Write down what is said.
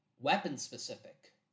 weapon-specific